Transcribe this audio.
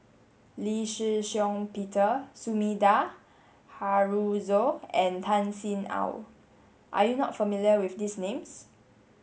Lee Shih Shiong Peter Sumida Haruzo and Tan Sin Aun are you not familiar with these names